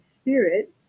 spirit